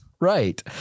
Right